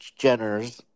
Jenners